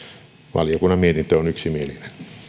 valiokunnan mietintö on yksimielinen